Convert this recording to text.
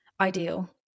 ideal